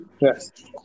Yes